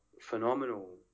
phenomenal